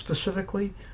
Specifically